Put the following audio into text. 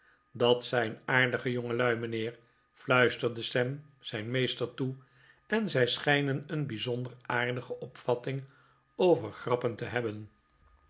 dat zijn aardige jongelui mijnheer f iuisterde sam zijn meester toe en zij schijnen een bijzonder aardige opvatting over grappen te hebben